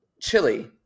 chili